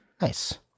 Nice